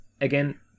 Again